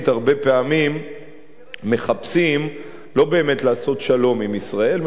הרבה פעמים מחפשים לא באמת לעשות שלום עם ישראל,